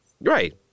Right